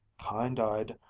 kind-eyed,